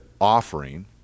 offering